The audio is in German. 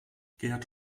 gerd